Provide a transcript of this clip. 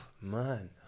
man